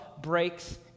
breaks